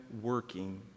working